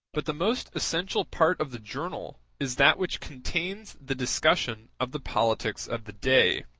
but the most essential part of the journal is that which contains the discussion of the politics of the day.